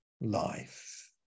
life